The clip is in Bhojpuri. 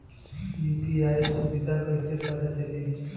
यू.पी.आई सुबिधा कइसे पता चली?